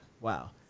wow